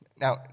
Now